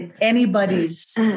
anybody's